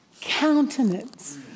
countenance